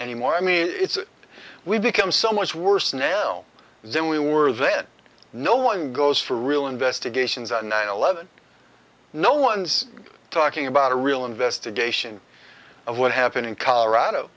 anymore i mean it's we've become so much worse now than we were then no one goes for real investigations on nine eleven no one's talking about a real investigation of what happened in colorado